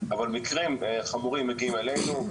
אבל מקרים חמורים מגיעים אלינו,